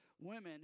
women